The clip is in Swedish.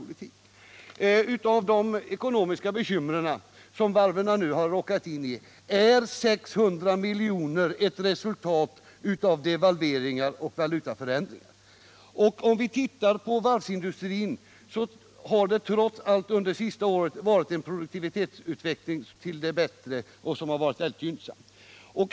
När det gäller de ekonomiska bekymmer som varven nu råkat in i, så är 600 milj.kr. ett resultat av devalveringar och valutaförändringar. Om vi ser på varvsindustrin finner vi att det trots allt under det senaste året skett en produktivitetsutveckling till det bättre, vilken varit väldigt gynnsam.